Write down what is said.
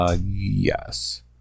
Yes